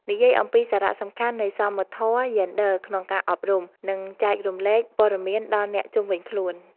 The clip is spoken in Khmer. និយាយអំពីសារៈសំខាន់នៃសមធម៌យេនឌ័រក្នុងការអប់រំ និងចែករំលែកព័ត៌មានដល់អ្នកជុំវិញខ្លួន។